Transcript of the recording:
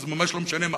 זה ממש לא משנה מה,